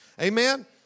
Amen